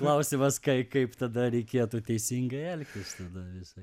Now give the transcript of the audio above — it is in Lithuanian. klausimas kai kaip tada reikėtų teisingai elgtis tada visai